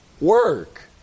work